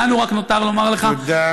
לנו רק נותר לומר לך, תודה.